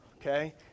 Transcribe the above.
Okay